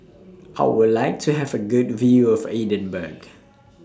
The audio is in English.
How Would like to Have A Good View of Edinburgh